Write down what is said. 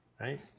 Right